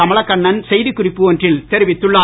கமலக்கண்ணன் செய்திக் குறிப்பு ஒன்றில் தெரிவித்துள்ளார்